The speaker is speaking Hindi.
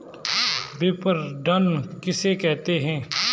विपणन किसे कहते हैं?